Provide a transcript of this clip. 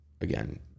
again